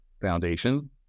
foundation